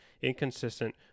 inconsistent